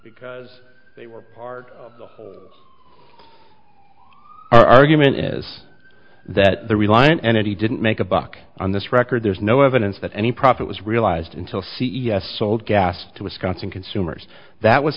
because they were part of the argument is that the real line and he didn't make a buck on this record there's no evidence that any profit was realized until c e o s sold gas to wisconsin consumers that was